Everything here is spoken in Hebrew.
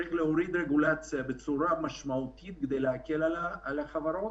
צריך להוריד רגולציה בצורה משמעותית כדי להקל על החברות,